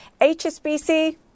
HSBC